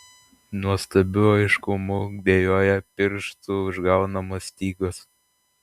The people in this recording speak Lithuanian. nuostabiu aiškumu dejuoja pirštų užgaunamos stygos